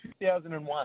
2001